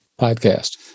Podcast